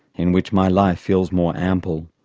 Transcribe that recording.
in which my life feels more ample.